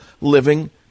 living